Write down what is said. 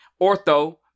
ortho